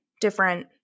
different